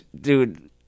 dude